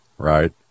right